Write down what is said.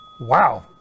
wow